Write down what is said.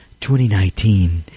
2019